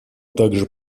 также